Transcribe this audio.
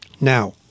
Now